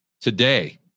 today